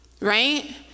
right